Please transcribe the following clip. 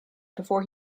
before